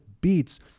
beats